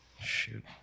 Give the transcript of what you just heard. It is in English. Shoot